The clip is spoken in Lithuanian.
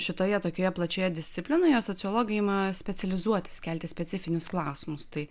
šitoje tokioje plačioje disciplinoje sociologai ima specializuotis kelti specifinius klausimus tai